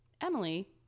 Emily